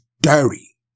dirty